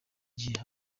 gihe